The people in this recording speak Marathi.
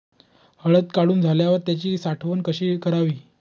हळद काढून झाल्यावर त्याची साठवण कशी करावी?